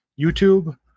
YouTube